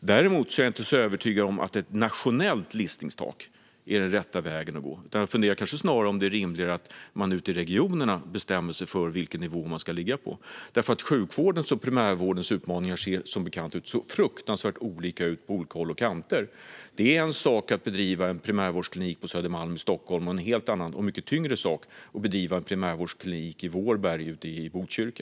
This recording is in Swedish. Jag är dock inte övertygad om att ett nationellt listtak är den rätta vägen att gå. Det är nog rimligare att regionerna bestämmer vilken nivå de vill ligga på. Sjukvårdens och primärvårdens utmaningar ser som bekant väldigt olika ut på olika håll och kanter. Det är en sak att driva en primärvårdsklinik på Södermalm och en annan, och mycket tyngre, att driva en primärvårdsklinik i Vårberg i Botkyrka.